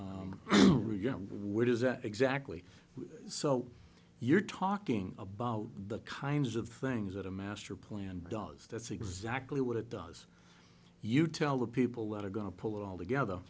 you where does that exactly so you're talking about the kinds of things that a master plan does that's exactly what it does you tell the people that are going to pull it al